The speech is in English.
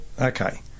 okay